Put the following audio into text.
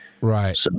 right